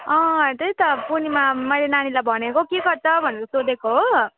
अँ त्यही त पूर्णिमा मैले नानीलाई भनेको के गर्छ भनेर सोधेको हो